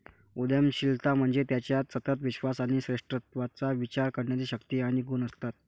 उद्यमशीलता म्हणजे ज्याच्यात सतत विश्वास आणि श्रेष्ठत्वाचा विचार करण्याची शक्ती आणि गुण असतात